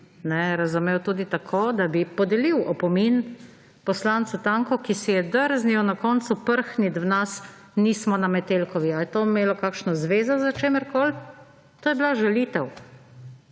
razumeli tudi tako, da bi podelili opomin poslancu Tanku, ki si je drznil na koncu prhniti v nas: »Nismo na Metelkovi«. Ali je to imelo kakšno zvezo s čimerkoli? To je bila žalitev.